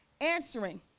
answering